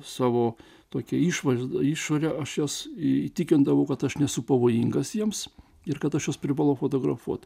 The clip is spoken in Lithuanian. savo tokia išvaizda išore aš juos įtikindavau kad aš nesu pavojingas jiems ir kad aš juos privalau fotografuot